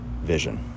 vision